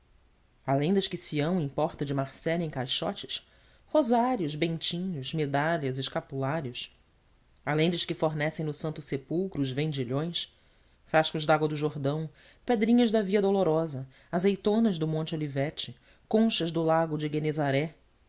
além das que sião importa de marselha em caixotes rosários bentinhos medalhas escapulários além das que fornecem no santo sepulcro os vendilhões frascos de água do jordão pedrinhas da via dolorosa azeitonas do monte olivete conchas do lago de genesaré